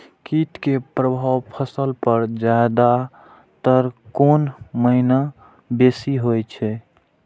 कीट के प्रभाव फसल पर ज्यादा तर कोन महीना बेसी होई छै?